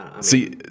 See